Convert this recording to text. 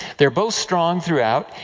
they are both strong throughout,